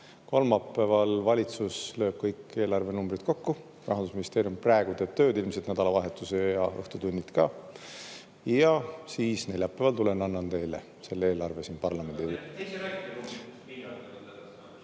Kolmapäeval valitsus lööb kõik eelarvenumbrid kokku, Rahandusministeerium praegu teeb tööd ilmselt nädalavahetusel ja õhtutundidel ka, ja neljapäeval tulen annan teile selle eelarve siin parlamendis üle.